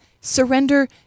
Surrender